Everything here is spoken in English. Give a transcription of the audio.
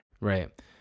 Right